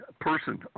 person